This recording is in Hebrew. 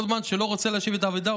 כל זמן שהוא לא רוצה להשיב את האבדה,